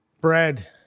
Bread